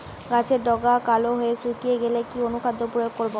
গাছের ডগা কালো হয়ে শুকিয়ে গেলে কি অনুখাদ্য প্রয়োগ করব?